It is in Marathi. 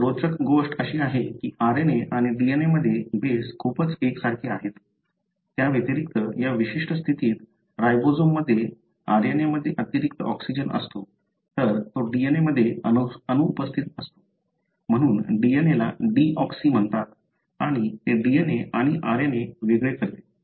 एक रोचक गोष्ट अशी आहे की RNA आणि DNA मध्ये बेस खूपच एकसारखे आहेत त्याव्यतिरिक्त या विशिष्ट स्थितीत रायबोजमध्ये RNA मध्ये अतिरिक्त ऑक्सिजन असतो तर तो DNA मध्ये अनुपस्थित असतो म्हणून DNA ला डीऑक्सी म्हणतात आणि ते DNA आणि RNA वेगळे करते